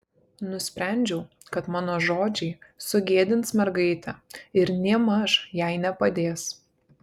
nusprendžiau kad mano žodžiai sugėdins mergaitę ir nėmaž jai nepadės